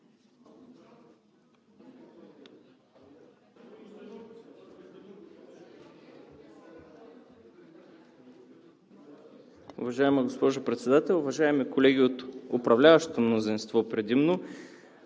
Уважаема госпожо Председател, уважаеми колеги от управляващото мнозинство предимно!